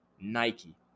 Nike